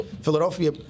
Philadelphia